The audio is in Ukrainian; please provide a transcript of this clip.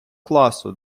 класу